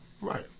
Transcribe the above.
Right